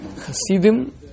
Hasidim